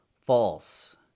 False